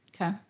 Okay